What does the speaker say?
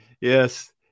Yes